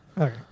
Okay